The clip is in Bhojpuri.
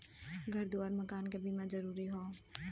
घर दुआर मकान के बीमा जरूरी हौ